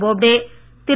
Bobde Thiru